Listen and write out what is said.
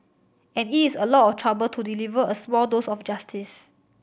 and it is a lot of trouble to deliver a small dose of justice